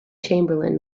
chamberlain